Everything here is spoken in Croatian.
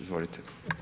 Izvolite.